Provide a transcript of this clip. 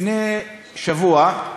לפני שבוע,